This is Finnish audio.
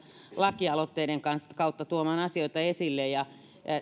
lakialoitteiden kautta tuomaan asioita esille